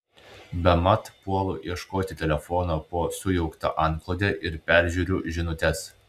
bemat puolu ieškoti telefono po sujaukta antklode ir peržiūriu žinutes